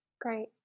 Great